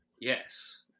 yes